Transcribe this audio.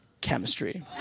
chemistry